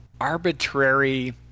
arbitrary